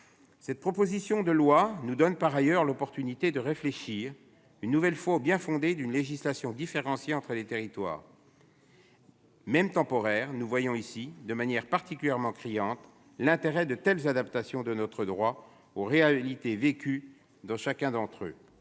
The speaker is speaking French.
Cette proposition de loi nous donne par ailleurs l'occasion de réfléchir une nouvelle fois au bien-fondé d'une législation différenciée entre les territoires. Nous voyons ici, de manière particulièrement criante, l'intérêt de telles adaptations- même temporaires -de notre droit aux réalités vécues dans chacun d'entre eux.